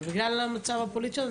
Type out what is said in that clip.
אבל בגלל המצב הפוליטי שלנו,